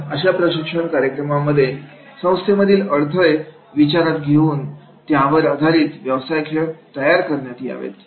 म्हणून अशा प्रशिक्षण कार्यक्रमांमध्ये संस्थेमधील अडथळे विचारात घेऊन त्यावर आधारित व्यवसाय खेळ तयार करण्यात यावेत